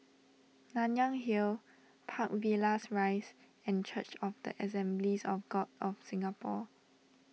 Nanyang Hill Park Villas Rise and Church of the Assemblies of God of Singapore